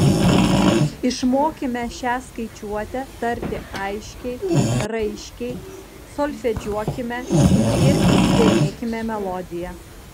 išmokime šią skaičiuotę tarti aiškiai raiškiai solfedžiuokime ir įsidėmėkime melodiją